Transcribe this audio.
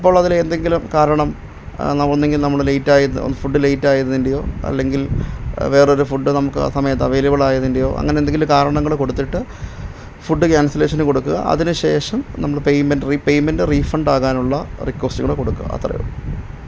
അപ്പോൾ അതിലെ എന്തെങ്കിലും കാരണം നമ ഒന്നെങ്കിൽ നമ്മൾ ലേറ്റ് ആയ ഫുഡ് ലേറ്റ് ആയത്തിൻ്റെയോ അല്ലെങ്കിൽ വേറെ ഒരു ഫുഡ് നമുക്ക് ആ സമയത്തു അവയ്ലബിൾ ആയതിൻ്റെയോ അങ്ങനെ എന്തെങ്കിലും കാരണങ്ങൾ കൊടുത്തിട്ട് ഫുഡ് കാൻസലേഷനു കൊടുക്കുക അതിനുശേഷം നമ്മൾ പേയ്മെൻ്റ് റി പേയ്മെൻ്റ് റീഫണ്ട് ആകാനുള്ള റിക്വസ്റ്റുകൾ കൊടുക്കുക അത്രയേ ഉള്ളൂ